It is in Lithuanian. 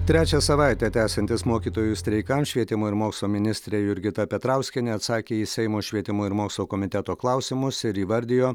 trečią savaitę tęsiantis mokytojų streikams švietimo ir mokslo ministrė jurgita petrauskienė atsakė į seimo švietimo ir mokslo komiteto klausimus ir įvardijo